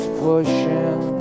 pushing